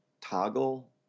toggle